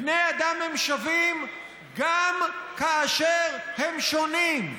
בני אדם הם שווים גם כאשר הם שונים.